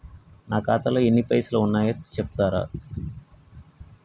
నా ఖాతాలో ఎన్ని పైసలు ఉన్నాయి చెప్తరా?